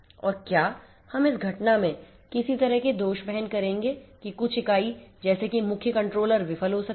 और क्या हम इस घटना में किसी तरह की दोष वहन करेंगे कि कुछ इकाई जैसे कि मुख्य कंट्रोलर विफल हो सकती है